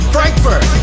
Frankfurt